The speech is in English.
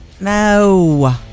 No